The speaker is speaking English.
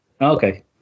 Okay